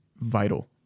vital